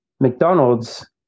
McDonald's